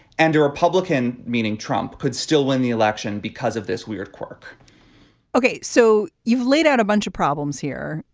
and a republican meaning trump could still win the election because of this weird quirk ok. so you've laid out a bunch of problems here.